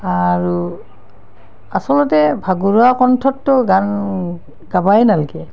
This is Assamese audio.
আৰু আচলতে ভাগৰুৱা কণ্ঠততো গান গাবই নালাগে